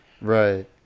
Right